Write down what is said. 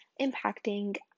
impacting